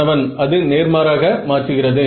மாணவன் அது நேர்மாறாக மாற்றுகிறது